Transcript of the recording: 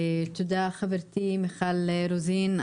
תודה לחברתי מיכל רוזין,